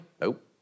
Nope